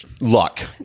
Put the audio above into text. luck